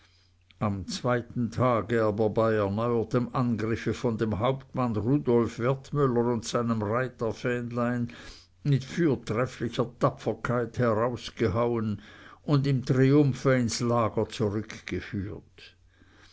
am zweiten tage aber bei erneuertem angriffe von dem hauptmann rudolf wertmüller und seinem reiterfähnlein mit fürtrefflicher tapferkeit herausgehauen und im triumphe ins lager zurückgeführt